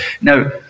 now